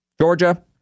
Georgia